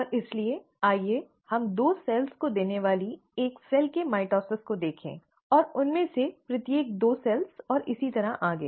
और इसलिए आइए हम दो कोशिकाओं को देने वाली एक कोशिका के माइटोसिस को देखें और उनमें से प्रत्येक दो कोशिकाएं और इसी तरह आगे